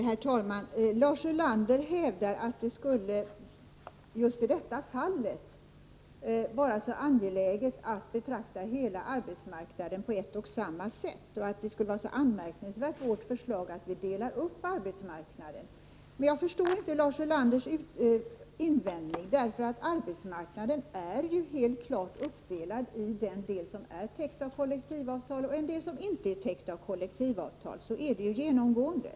Herr talman! Lars Ulander hävdar att det just i detta fall skulle vara så angeläget att betrakta hela arbetsmarknaden på ett och samma sätt och att vårt förslag, där vi delar upp arbetsmarknaden, skulle vara så anmärkningsvärt. Jag förstår inte Lars Ulanders invändning. Arbetsmarknaden är ju helt klart uppdelad i en del som är täckt av kollektivavtal och en del som inte är täckt av kollektivavtal. Så är det ju genomgående.